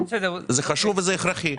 זה חשוב וזה הכרחי,